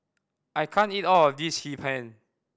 I can't eat all of this Hee Pan